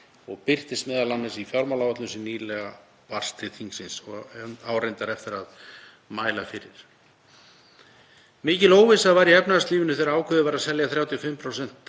og birtist m.a. í fjármálaáætlun sem nýlega barst til þingsins og á reyndar eftir að mæla fyrir. Mikil óvissa var í efnahagslífinu þegar ákveðið var að selja 35%